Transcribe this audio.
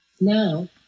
Now